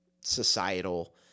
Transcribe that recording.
societal